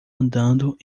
andando